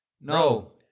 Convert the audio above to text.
no